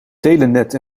telenet